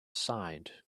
sighed